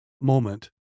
moment